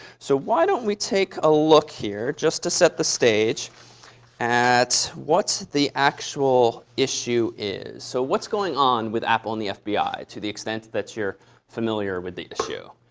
so why don't we take a look here just to set the stage at what the actual issue is. so what's going on with apple and the fbi to the extent that you're familiar with the issue?